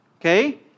okay